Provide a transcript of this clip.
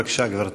בבקשה, גברתי.